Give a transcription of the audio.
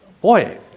Boy